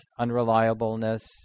unreliableness